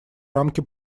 рамки